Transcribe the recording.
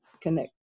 connect